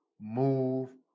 move